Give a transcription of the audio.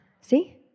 See